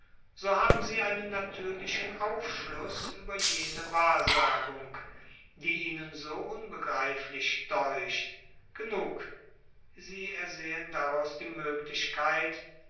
so haben sie einen natürlichen aufschluß über jene wahrsagung die ihnen so unbegreiflich deucht genug sie ersehen daraus die möglichkeit